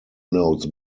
notes